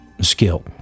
skill